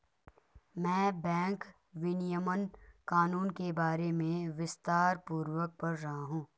मैं बैंक विनियमन कानून के बारे में विस्तारपूर्वक पढ़ रहा हूं